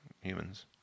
Humans